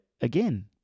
again